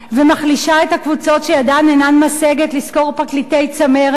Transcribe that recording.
ומחלישה את הקבוצות שידן אינה משגת לשכור פרקליטי צמרת,